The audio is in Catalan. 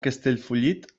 castellfollit